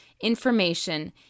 information